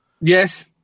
Yes